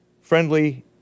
Friendly